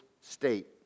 state